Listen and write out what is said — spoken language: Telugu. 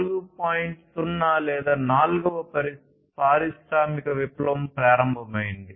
0 లేదా నాల్గవ పారిశ్రామిక విప్లవం ప్రారంభమైంది